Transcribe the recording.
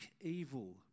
evil